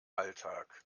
alltag